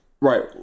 right